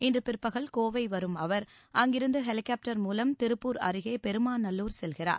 இன்று பிற்பகல் கோவை வரும் அவர் அங்கிருந்து ஹெலிகாப்டர் மூலம் திருப்பூர் அருகே பெருமாநல்லூர் செல்கிறார்